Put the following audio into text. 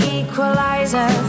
equalizer